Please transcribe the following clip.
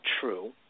true